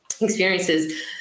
experiences